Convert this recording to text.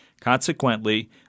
consequently